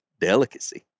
delicacy